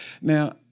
Now